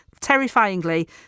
Terrifyingly